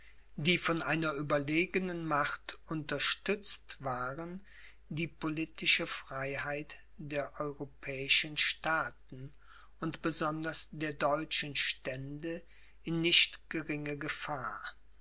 die von einer überlegenen macht unterstützt waren die politische freiheit der europäischen steten und besonders der deutschen stände in nicht geringe gefahr